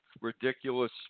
ridiculous